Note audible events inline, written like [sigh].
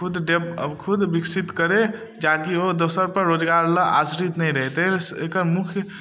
खुदके खुद विकसित करय ताकि ओ दोसरपर रोजगार लए आश्रित नहि रहय [unintelligible] एकर मुख्य